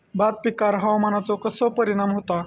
भात पिकांर हवामानाचो कसो परिणाम होता?